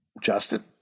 Justin